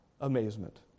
amazement